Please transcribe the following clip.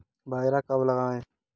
बाजरा कब लगाएँ?